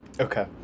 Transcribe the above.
Okay